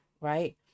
Right